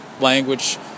language